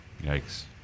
Yikes